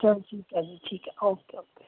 ਚਲੋ ਠੀਕ ਹੈ ਜੀ ਠੀਕ ਹੈ ਓਕੇ ਓਕੇ